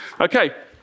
Okay